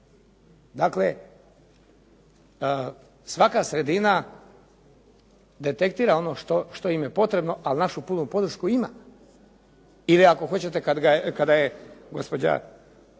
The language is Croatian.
Dakle, svaka sredina detektira ono što im je potrebno ali našu punu podršku ima. Ili ako hoćete kada je gospođa